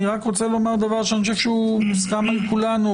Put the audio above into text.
אני רק רוצה לומר דבר שאני חושב שהוא מוסכם על כולנו,